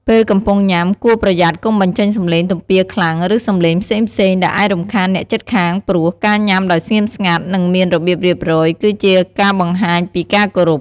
ពេលកំពុងញ៉ាំ គួរប្រយ័ត្នកុំបញ្ចេញសំឡេងទំពារខ្លាំង ឬសំឡេងផ្សេងៗដែលអាចរំខានអ្នកជិតខាងព្រោះ ការញ៉ាំដោយស្ងៀមស្ងាត់ និងមានរបៀបរៀបរយ គឺជាការបង្ហាញពីការគោរព។